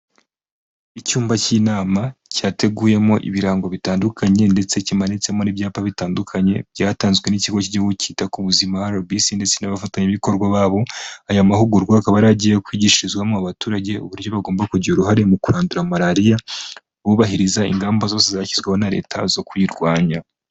Icyumba cy'inama, cyateguyemo ibirango bitandukanye, ndetse kimanitsemo n'ibyapa bitandukanye, byatanzwe n'ikigo cy'igihugu cyita ku buzima RBC, ndetse n'abafatanyabikorwa babo, aya mahugurwa akaba yara agiye kwigishirizwamo abaturage uburyo bagomba kugira uruhare mu kurandura malariya, bubahiriza ingamba zose zashyizweho na leta zo kuyirwanya.